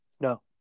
No